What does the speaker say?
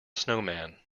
snowman